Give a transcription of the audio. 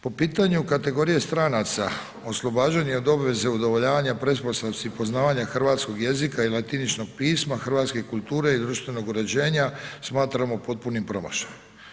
Po pitanju kategorije stranaca, oslobađanja od obveze udovoljavanja pretpostavci i poznavanja hrvatskog jezika i latiničnog pisma, hrvatske kulture i društvenog uređenja, smatramo potpunim promašajem.